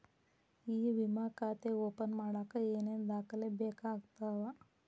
E ವಿಮಾ ಖಾತೆ open ಮಾಡಕ ಏನೇನ್ ದಾಖಲೆ ಬೇಕಾಗತವ